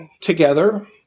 together